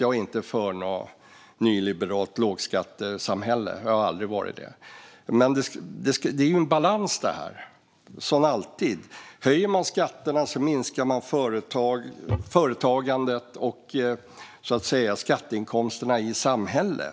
Jag är inte för något nyliberalt lågskattesamhälle - det har jag aldrig varit - men det är som alltid en balansgång. Höjer man skatterna minskar man företagandet och skatteinkomsterna i samhället.